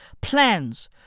plans